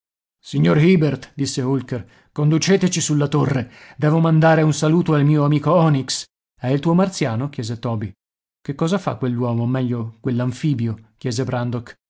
signor hibert disse holker conduceteci sulla torre devo mandare un saluto al mio amico onix è il tuo marziano chiese toby che cosa fa quell'uomo o meglio quell'anfibio chiese brandok